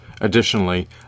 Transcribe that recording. Additionally